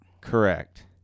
Correct